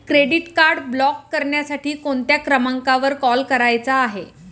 Credit card block करण्यासाठी कोणत्या क्रमांकावर कॉल करायचा आहे?